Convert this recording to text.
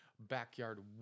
backyard